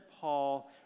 Paul